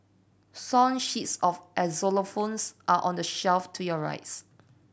song sheets of xylophones are on the shelf to your rights